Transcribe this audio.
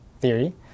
theory